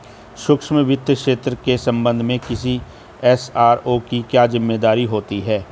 सूक्ष्म वित्त क्षेत्र के संबंध में किसी एस.आर.ओ की क्या जिम्मेदारी होती है?